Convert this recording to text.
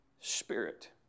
Spirit